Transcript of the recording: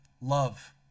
Love